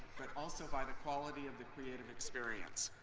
but also by the quality of the creative experience.